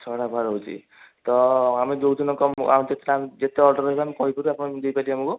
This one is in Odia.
ଛଅଟା ବରା ରହୁଛି ତ ଆମେ ଯେଉଁଦିନ କହିବୁ ଯେତେ ଅର୍ଡ଼ର୍ ରହିବ ଆମେ କହିବୁ ତ ଆପଣ ଦେଇପାରିବେ ଆମକୁ